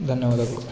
ಧನ್ಯವಾದಗಳು